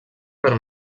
per